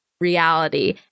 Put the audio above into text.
reality